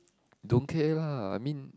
don't care lah I mean